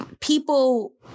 people